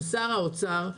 עם שר האוצר.